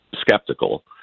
skeptical